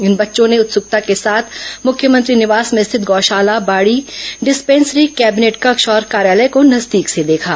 इन बच्चों ने उत्सुकता के साथ मुख्यमंत्री निवास में स्थित गौ शाला बाड़ी डिस्पेंसरी कैबिनेट कक्ष और कार्यालय को नजदीक से देखा